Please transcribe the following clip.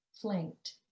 flanked